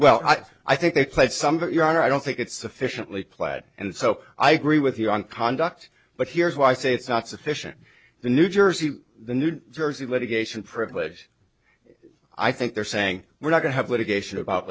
well i think they played some of that your honor i don't think it's sufficiently plaid and so i agree with you on conduct but here's why i say it's not sufficient the new jersey the new jersey litigation privilege i think they're saying we're not going have litigation about